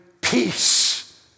peace